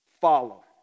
follow